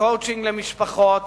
coaching למשפחות